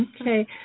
Okay